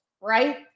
right